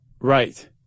Right